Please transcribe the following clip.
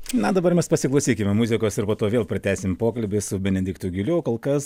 na dabar mes pasiklausykime muzikos ir po to vėl pratęsim pokalbį su benediktu giliu kol kas